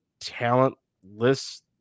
talentless